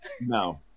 No